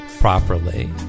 properly